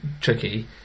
tricky